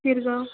Shirgaon